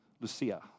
Lucia